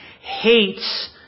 hates